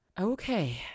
Okay